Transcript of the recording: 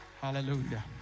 Hallelujah